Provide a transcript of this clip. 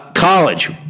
college